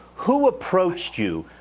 who approached you?